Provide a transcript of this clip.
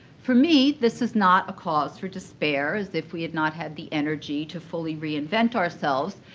for me, this is not a cause for despair, as if we had not had the energy to fully reinvent ourselves.